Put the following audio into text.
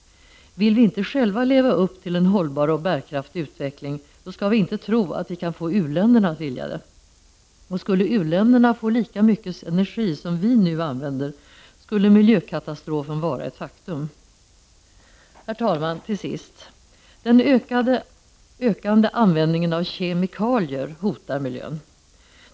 Vill vi inte själva leva upp till en hållbar och bärkraftig utveckling, skall vi inte tro att vi kan få u-länderna att vilja det. Skulle u-länderna få lika mycket energi som vi nu använder, skulle miljökatastrofen vara en faktum. Herr talman! Den ökande användningen av kemikalier hotar miljön.